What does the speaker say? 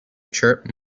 chirp